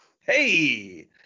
Hey